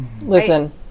Listen